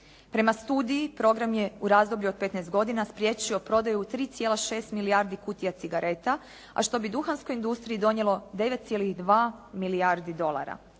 Prema studiji program je u razdoblju od 15 godina spriječio prodaju 3,6 milijardi kutija cigareta a što bi duhanskoj industriji donijelo 9,2 milijardi dolara.